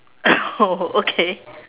oh okay